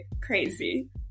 Crazy